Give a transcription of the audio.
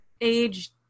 age